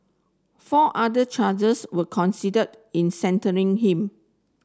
four other charges were considered in sentencing him